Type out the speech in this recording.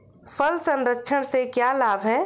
फल संरक्षण से क्या लाभ है?